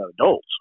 adults